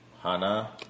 Hana